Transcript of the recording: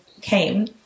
came